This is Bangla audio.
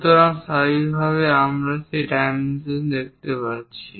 সুতরাং স্বাভাবিকভাবেই আমরা সেই ডাইমেনশন দেখাতে যাচ্ছি